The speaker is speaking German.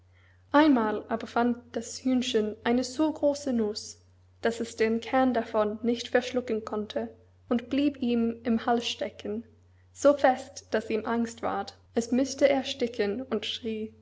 einmal aber fand das hühnchen eine so große nuß daß es den kern davon nicht verschlucken konnte und blieb ihm im hals stecken so fest daß ihm angst ward es müßte ersticken und schrie